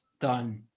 done